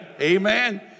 Amen